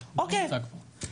אוקי,